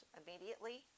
immediately